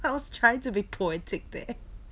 I was trying to be poetic there